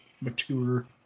mature